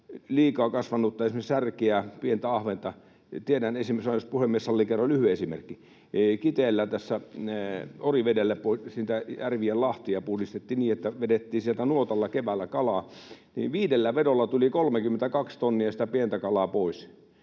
liikaa kasvanutta, esimerkiksi särkeä, pientä ahventa. Tiedän esimerkiksi — jos puhemies sallii, kerron lyhyen esimerkin — että Kiteellä, Orivedellä, järven lahtia puhdistettiin niin, että vedettiin sieltä nuotalla keväällä kalaa, ja viidellä vedolla tuli 32 tonnia sitä pientä kalaa pois.